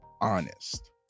honest